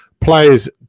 Players